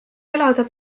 elada